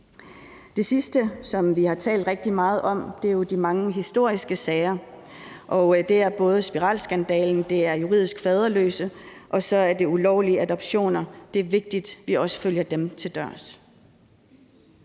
Det sidste, som vi har talt rigtig meget om, er de mange historiske sager, og det er både spiralskandalen, det er juridisk faderløse, og så er det ulovlige adoptioner, og det er vigtigt, at vi også følger dem til dørs.